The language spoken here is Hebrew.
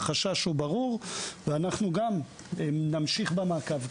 החשש הוא ברור, ואנחנו נמשיך במעקב.